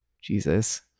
Jesus